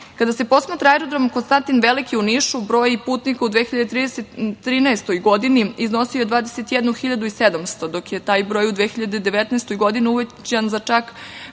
140%Kada se posmatra aerodrom „Konstantin Veliki“ u Nišu, broj putnika u 2013. godini je iznosio 21.700, dok je taj broj u 2019. godini uvećan za